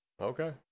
Okay